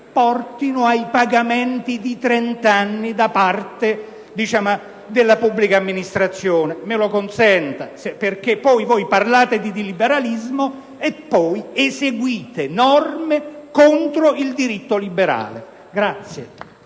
portino ai pagamenti di 30 anni da parte della pubblica amministrazione; me lo consenta, perché voi parlate di liberalismo e poi eseguite norme contro il diritto liberale.